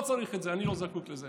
אני לא צריך את זה, אני לא זקוק לזה.